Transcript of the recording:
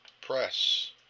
press